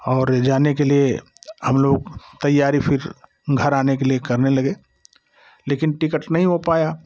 और जाने के लिए हम लोग तैयारी फिर घर आने के लिए करने लगे लेकिन टिकट नहीं हो पाया